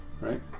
right